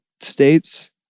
states